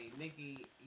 Nikki